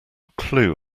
clue